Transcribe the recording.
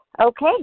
Okay